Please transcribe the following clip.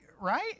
Right